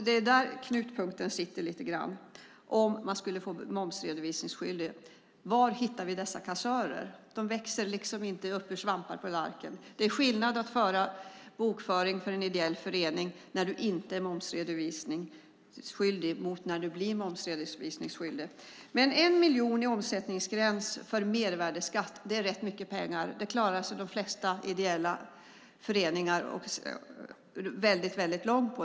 Den stora knäckfrågan om man skulle få momsredovisningsskyldighet blir just: Var hittar vi dessa kassörer? De växer inte upp som svampar ur marken. Det är skillnad mellan att sköta bokföringen i en förening som inte är momsredovisningsskyldig och att göra det i en som är det. En omsättningsgräns på 1 miljon för mervärdesskatt innebär rätt mycket pengar. Det klarar sig de flesta ideella föreningar långt på.